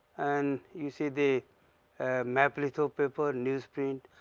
and you see the maplitho paper, news print,